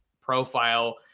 profile